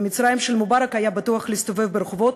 במצרים של מובארק היה בטוח להסתובב ברחובות,